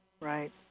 Right